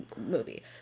movie